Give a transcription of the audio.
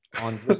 on